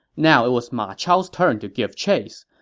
now it was ma chao's turn to give chase.